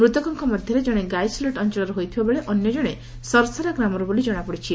ମୃତକଙ୍କ ମଧ୍ଧରେ ଜଣେ ଗାଇସିଲେଟ ଅଂଚଳର ହୋଇଥିବା ବେଳେ ଅନ୍ୟ ଜଶକ ସରସରା ଗ୍ରାମର ବୋଲି ଜଶା ପଡ଼ିଛି